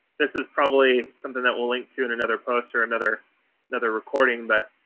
this is probably something that we'll link to in another post or another another recording but